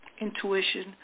intuition